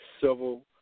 civil